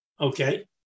Okay